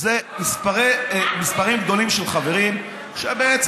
אלה מספרים גדולים של חברים שבעצם,